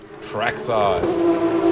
trackside